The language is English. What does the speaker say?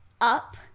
up